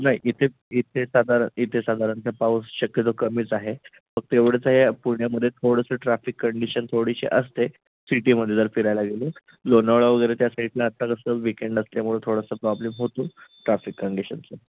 नाही इथे इथे साधार इथे साधारणतः पाऊस शक्यता कमीच आहे फक्त एवढंच आहे पुण्यामध्ये थोडंसं ट्रॅफिक कंडिशन थोडीशी असते सिटीमध्ये जर फिरायला गेलं लोणावळा वगैरे त्या साईडला आत्ता कसं विकेंड असल्यामुळे थोडंसं प्रॉब्लेम होतो ट्राफिक कंडिशनचं